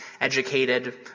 educated